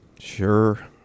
Sure